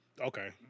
okay